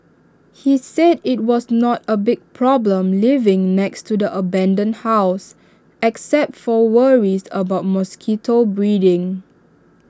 he said IT was not A big problem living next to the abandoned house except for worries about mosquito breeding